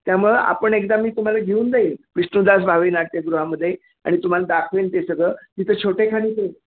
त्यामुळं आपण एकदा मी तुम्हाला घेऊन जाईल विष्णुदास भावे नाट्यगृहामध्ये आणि तुम्हाला दाखवेन ते सगळं तिथं छोटेखानी ते